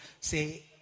say